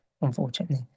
unfortunately